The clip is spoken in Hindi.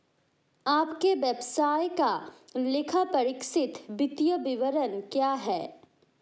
आपके व्यवसाय का लेखापरीक्षित वित्तीय विवरण कहाँ है?